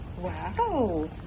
Wow